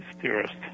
theorist